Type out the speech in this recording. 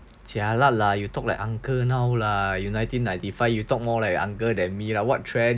jialat lah you talk like uncle now lah you nineteen ninety five you talk more like uncle than me lah what trend